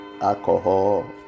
alcohol